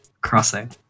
crossing